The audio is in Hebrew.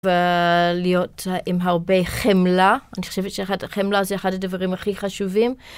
ולהיות עם הרבה חמלה. אני חושבת שהחמלה זה אחד הדברים הכי חשובים.